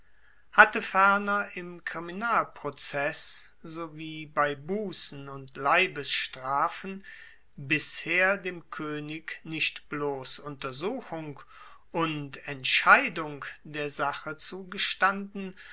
hatte ferner im kriminalprozess sowie bei bussen und leibesstrafen bisher dem koenig nicht bloss untersuchung und entscheidung der sache zugestanden